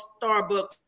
Starbucks